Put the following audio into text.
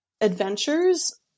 adventures